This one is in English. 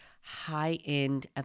high-end